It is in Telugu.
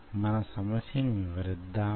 మన సమస్యను వివరిద్దామా